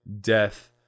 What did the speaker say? death